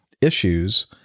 issues